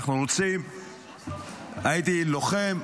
הייתי לוחם,